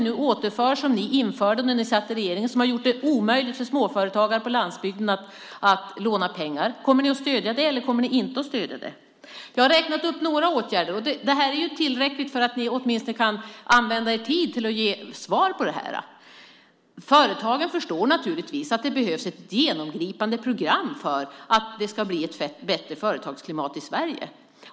Ni införde en begränsning när ni satt i regering som har gjort det omöjligt för småföretagare på landsbygden att låna pengar. Kommer ni att stödja detta, eller kommer ni inte att stödja det? Jag har räknat upp några åtgärder. Det här är tillräckligt för att ni åtminstone ska kunna använda er tid till att ge svar på det här. Företagen förstår naturligtvis att det behövs ett genomgripande program för att det ska bli ett bättre företagsklimat i Sverige.